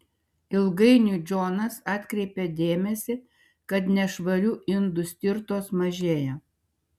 ilgainiui džonas atkreipė dėmesį kad nešvarių indų stirtos mažėja